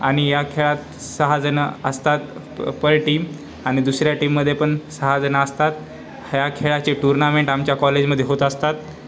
आणि या खेळात सहाजणं असतात प पर टीम आणि दुसऱ्या टीममध्येपण सहाजणं असतात या खेळाचे टूर्नामेंट आमच्या कॉलेजमध्ये होत असतात